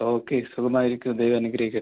okay സുഖമായിരിക്കൂ ദൈവം അനുഗ്രഹിക്കട്ടെ